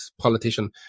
politician